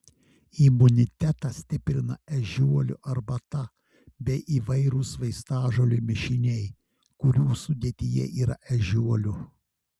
imunitetą stiprina ežiuolių arbata bei įvairūs vaistažolių mišiniai kurių sudėtyje yra ežiuolių